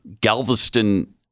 Galveston